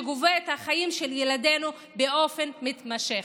שגובה את החיים של ילדינו באופן מתמשך.